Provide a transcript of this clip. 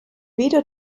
wieder